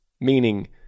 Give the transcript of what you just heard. Meaning